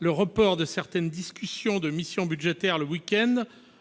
le report de certaines discussions de missions budgétaires le week-end